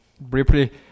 Briefly